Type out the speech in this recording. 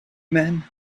men